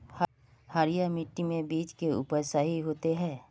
हरिया मिट्टी में बीज के उपज सही होते है?